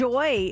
Joy